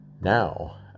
now